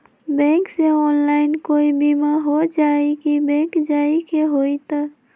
Bank से online कोई बिमा हो जाई कि बैंक जाए के होई त?